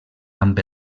amb